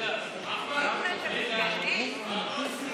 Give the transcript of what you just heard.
אנחנו עוברים עכשיו להצבעה על הצעות האי-אמון בממשלה,